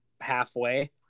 halfway